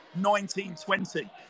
1920